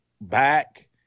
back